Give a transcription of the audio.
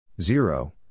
Zero